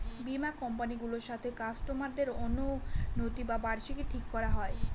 বীমা কোম্পানি গুলোর সাথে কাস্টমারদের অনুইটি বা বার্ষিকী ঠিক করা হয়